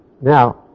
Now